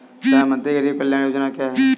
प्रधानमंत्री गरीब कल्याण योजना क्या है?